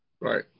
Right